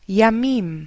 Yamim